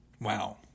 Wow